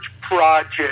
project